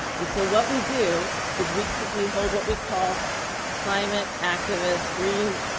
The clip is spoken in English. and so what we do is we could, we hold what we call climate activist, green,